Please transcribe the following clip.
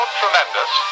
tremendous